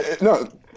no